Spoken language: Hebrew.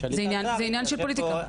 זה עניין של פוליטיקה.